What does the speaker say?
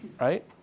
right